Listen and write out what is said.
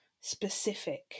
specific